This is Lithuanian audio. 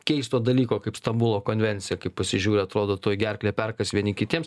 keisto dalyko kaip stambulo konvencija kaip pasižiūri atrodo tuoj gerklę perkąs vieni kitiems